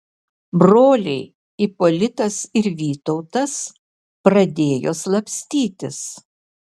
broliai ipolitas ir vytautas pradėjo slapstytis